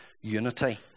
Unity